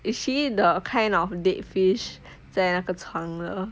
is she the kind of dead fish 在那个床的